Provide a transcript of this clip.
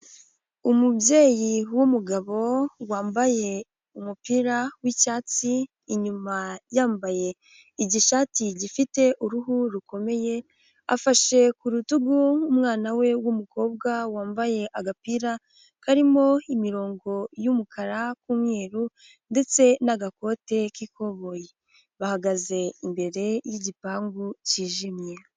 Umubyeyi w'umugabo, wambaye umupira w'icyatsi, inyuma yambaye igishati gifite uruhu rukomeye, afashe ku rutugu umwana we w'umukobwa, wambaye agapira karimo imirongo y'umukara n'umweru ndetse n'agakote k'ikoboyi, bahagaze imbere y'igipangu cyijimye.